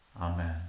Amen